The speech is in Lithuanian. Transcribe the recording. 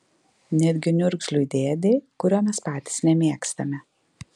netgi niurgzliui dėdei kurio mes patys nemėgstame